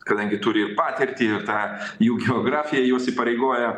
kadangi turi ir patirtį ir ta jų geografija juos įpareigoja